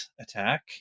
attack